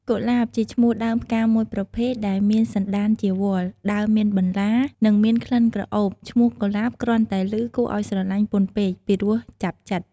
កុលាប ជាឈ្មោះដើមផ្កាមួយប្រភេទដែលមានសន្តានជាវល្លិ ដើមមានបន្លា និងមានក្លិនក្រអូប។ ឈ្មោះកុលាប គ្រាន់តែឮគួរឱ្យស្រឡាញ់ពន់ពេក ពីរោះចាប់ចិត្ត ។